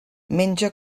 menja